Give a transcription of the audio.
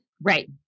Right